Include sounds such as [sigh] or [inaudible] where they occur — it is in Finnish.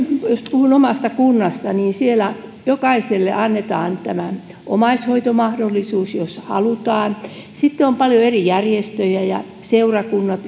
puhun omasta kunnastani siellä jokaiselle annetaan tämä omaishoitomahdollisuus jos halutaan sitten on paljon eri järjestöjä ja seurakunnat [unintelligible]